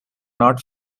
not